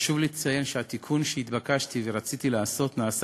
חשוב לי לציין שהתיקון שהתבקשתי ורציתי לעשות נעשה